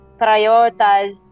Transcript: prioritize